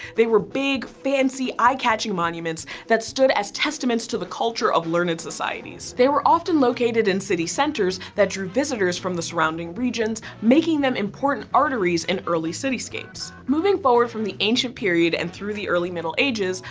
they were big, fancy, eye catching monuments that stood as testaments to the culture of learned societies. they were often located in city centers that drew visitors from the surrounding regions, making them important arteries in early cityscapes. moving forward from the ancient period and through the early middle ages,